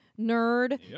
nerd